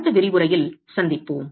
அடுத்த விரிவுரையில் சந்திப்போம்